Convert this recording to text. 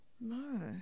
no